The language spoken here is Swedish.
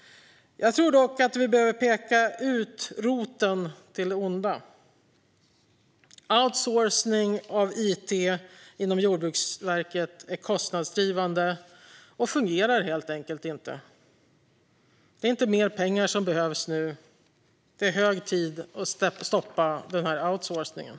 Jag tror dock att vi behöver peka ut roten till det onda. Outsourcing av it inom Jordbruksverket är kostnadsdrivande och fungerar helt enkelt inte. Det är inte mer pengar som behövs nu. Det är hög tid att stoppa outsourcingen.